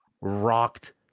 rocked